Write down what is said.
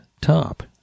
top